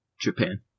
Japan